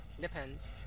depends